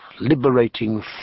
liberating